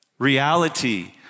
Reality